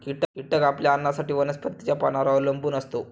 कीटक आपल्या अन्नासाठी वनस्पतींच्या पानांवर अवलंबून असतो